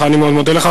אני מאוד מודה לך.